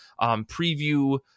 preview